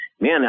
man